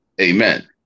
Amen